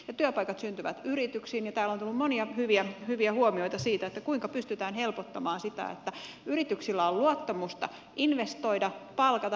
työpaikat syntyvät yrityksiin ja täällä on tullut monia hyviä huomioita siitä kuinka pystytään helpottamaan sitä että yrityksillä on luottamusta investoida palkata henkilökuntaa